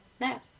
no